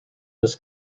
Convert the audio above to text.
this